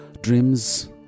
dreams